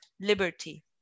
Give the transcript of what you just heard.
liberty